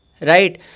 right